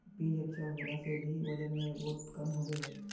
बीज अच्छा होला से भी वजन में बहुत कम होबे है?